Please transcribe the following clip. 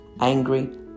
angry